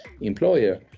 employer